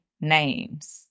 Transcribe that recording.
names